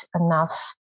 enough